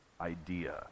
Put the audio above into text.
Idea